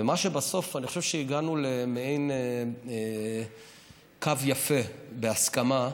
ומה שבסוף, אני חושב שהגענו למעין קו יפה בהסכמה,